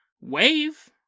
wave